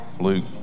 Luke